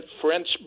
French